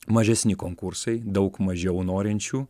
mažesni konkursai daug mažiau norinčių